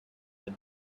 had